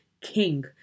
king